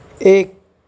ایک